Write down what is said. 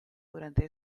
durante